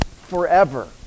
Forever